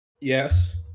Yes